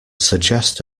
suggest